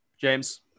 James